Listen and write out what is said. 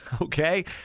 Okay